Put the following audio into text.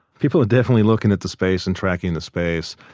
people are definitely looking at the space and tracking the space.